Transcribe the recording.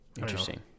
interesting